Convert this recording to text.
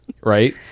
right